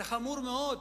זה חמור מאוד.